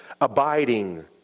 abiding